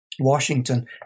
Washington